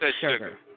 sugar